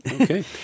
Okay